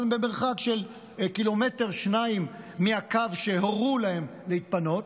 אבל הם במרחק של 1 2 ק"מ מהקו שהורו לו להתפנות.